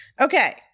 Okay